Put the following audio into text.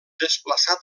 desplaçat